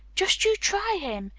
just you try him!